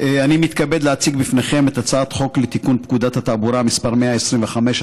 אני מתכבד להציג לפניכם את הצעת חוק לתיקון פקודת התעבורה (מס' 125),